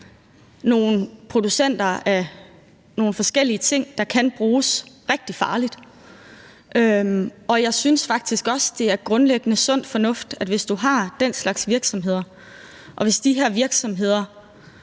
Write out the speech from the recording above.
nogle producenter af nogle forskellige ting, der kan bruges rigtig farligt. Og jeg synes faktisk også, det er grundlæggende sund fornuft, at du, hvis de her virksomheder